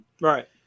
Right